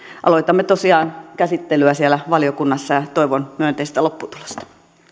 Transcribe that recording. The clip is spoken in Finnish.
aloitamme tosiaan käsittelyä siellä valiokunnassa ja toivon myönteistä lopputulosta